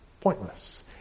pointless